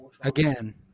Again